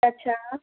ਅੱਛਾ